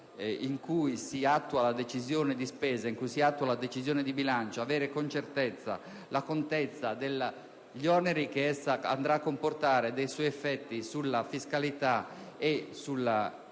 in cui si attua la decisione di spesa e la decisione di bilancio, avere con certezza la contezza degli oneri che essa andrà a comportare, dei suoi effetti sulla fiscalità e sul